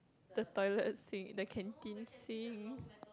the toilet sing the canteen singing